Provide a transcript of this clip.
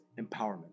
empowerment